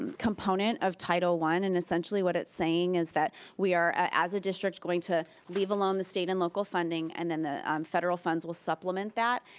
component of title one and essentially what it's saying is that we are as a district going to leave alone the state and local funding and then the federal funds will supplement that,